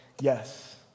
Yes